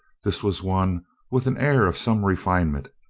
this was one with an air of some refinement,